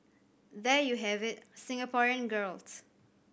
there you have it Singaporean girls